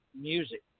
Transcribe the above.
music